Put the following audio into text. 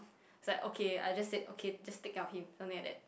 it's like okay I just said okay just take care of him something like that